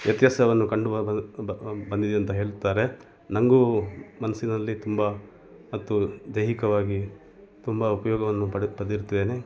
ವ್ಯತ್ಯಾಸವನ್ನು ಕಂಡು ಬಂದಿದೆ ಅಂತ ಹೇಳ್ತಾರೆ ನನಗೂ ಮನಸ್ಸಿನಲ್ಲಿ ತುಂಬ ಮತ್ತು ದೈಹಿಕವಾಗಿ ತುಂಬ ಉಪಯೋಗವನ್ನು ಪಡೆದಿರ್ತೇನೆ